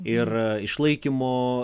ir išlaikymo